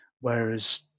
Whereas